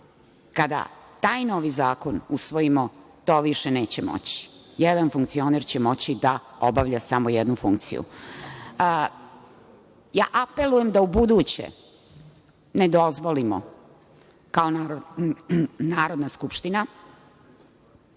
Kada taj novi zakon usvojimo, to više neće moći. Jedan funkcioner će moći da obavlja samo jednu funkciju. Apelujem da ubuduće ne dozvolimo, kao Narodna skupština,